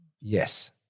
Yes